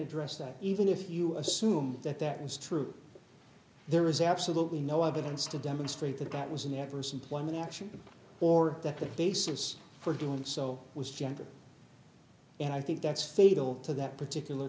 address that even if you assume that that was true there is absolutely no evidence to demonstrate that that was an adverse employment action or that the basis for doing so was gender and i think that's fatal to that particular